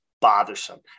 bothersome